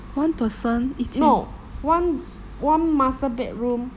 no one master bedroom